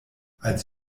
als